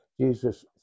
Jesus